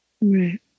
Right